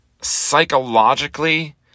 psychologically